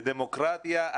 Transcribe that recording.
בדמוקרטיה,